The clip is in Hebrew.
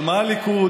אבל מה הליכוד,